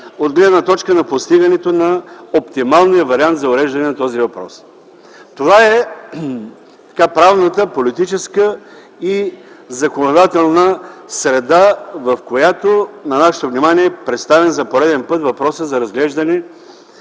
от гледна точка на постигането на оптималния вариант за уреждане на този въпрос. Това е правната, политическа и законодателна среда, в която на нашето внимание е представен за пореден път въпросът за уреждане